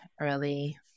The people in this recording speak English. early